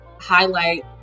highlight